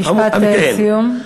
משפט סיום.